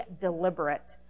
deliberate